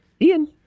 Ian